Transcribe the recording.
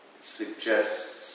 suggests